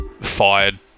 fired